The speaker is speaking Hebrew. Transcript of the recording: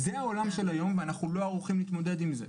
זה העולם של היום ואנחנו לא ערוכים להתמודד עם זה.